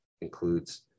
includes